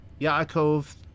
Yaakov